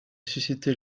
suscitée